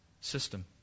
system